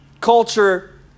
culture